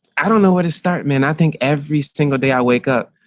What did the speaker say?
i don't know where to start, man. i think every single day i wake up.